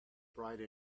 bride